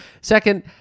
Second